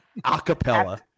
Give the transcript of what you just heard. acapella